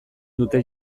dute